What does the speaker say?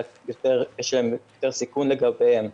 שיש יותר סיכון לגביהם,